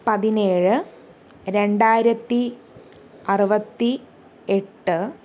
പതിനേഴ് രണ്ടായിരത്തി അറുപത്തിയെട്ട്